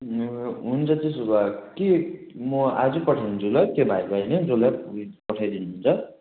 ए हुन्छ त्यसो भए के म आजै पठाइदिन्छु ल त्यो भाइलाई नै जसलाई पठाइ दिनुहुन्छ